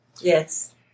Yes